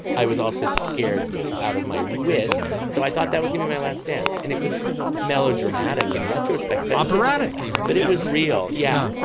i was also scared out of my wits. so i thought that was my last dance and it was melodramatic in retrospect that operatic even. but it was real. yeah.